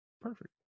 Perfect